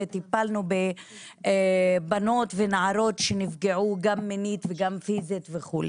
וטיפלנו בבנות ונערות שנפגעו גם מינית וגם פיזית וכו',